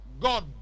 God